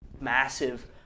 massive